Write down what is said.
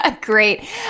Great